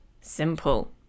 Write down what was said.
simple